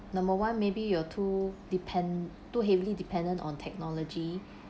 number one maybe you're too depend too heavily dependent on technology